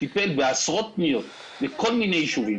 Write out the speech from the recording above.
טיפלנו בעשרות פניות מכל מיני יישובים: